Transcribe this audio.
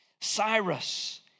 Cyrus